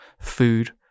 food